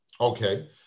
Okay